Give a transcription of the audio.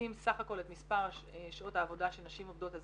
בודקים סך הכל את מספר שעות העבודה שנשים עובדות אז